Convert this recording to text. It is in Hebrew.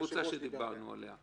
זו הקבוצה שדיברנו עליה.